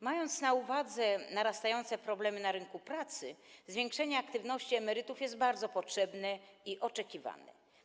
Mając na uwadze narastające problemy na rynku pracy, zwiększenie aktywności emerytów jest bardzo potrzebne i oczekiwane.